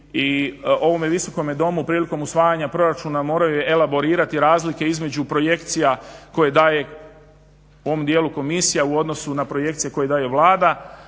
ovome Visokome domu prilikom usvajanja proračuna moraju elaborirati razlike između projekcija koje daje u ovom dijelu komisija u odnosu na projekcije koje daje Vlada,